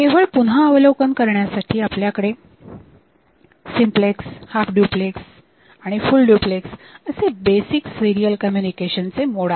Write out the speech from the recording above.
केवळ पुन्हा अवलोकन करण्यासाठी आपल्याकडे सिंपलेक्स हाफ ड्युप्लेक्स आणि फुल ड्युप्लेक्स असे बेसिक सिरीयल कम्युनिकेशनचे चे मोड आहेत